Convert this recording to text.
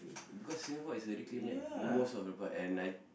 because Singapore is a reclaimed land most of the part and I